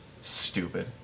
Stupid